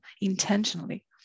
intentionally